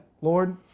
Lord